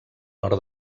nord